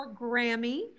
Grammy